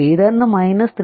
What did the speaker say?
ಇದನ್ನು 3